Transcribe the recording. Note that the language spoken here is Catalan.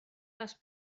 les